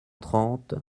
trente